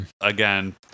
Again